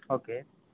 okay